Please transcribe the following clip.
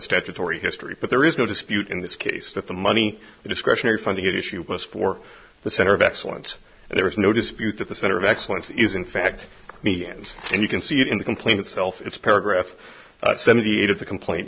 statutory history but there is no dispute in this case that the money the discretionary funding issue was for the center of excellence and there is no dispute that the center of excellence is in fact me ends and you can see it in the complaint itself it's paragraph seventy eight of the complaint